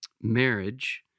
marriage